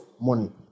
Money